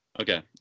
Okay